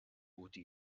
gute